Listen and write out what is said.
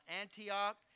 Antioch